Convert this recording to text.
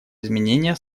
изменения